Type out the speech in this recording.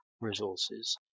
resources